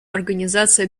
организации